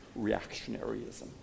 reactionaryism